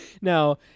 Now